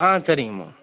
ஆ சரிங்கம்மா